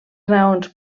raons